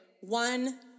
one